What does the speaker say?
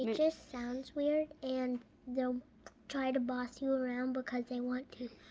and just sounds weird, and they'll try to boss you around because they want to